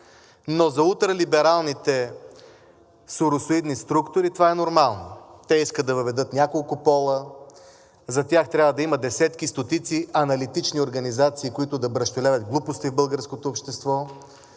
но за ултралибералните соросоидни структури това е нормално. Те искат да въведат няколко пола, за тях трябва да има десетки, стотици аналитични организации, които да бръщолевят глупости в българското общество,